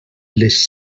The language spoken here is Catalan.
les